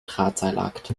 drahtseilakt